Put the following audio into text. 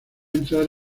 entrar